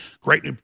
great